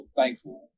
thankful